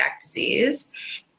disease